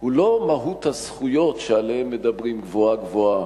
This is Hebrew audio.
הוא לא מהות הזכויות שעליהן מדברים גבוהה-גבוהה,